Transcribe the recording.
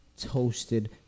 toasted